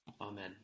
Amen